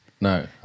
no